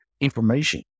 information